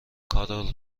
کارول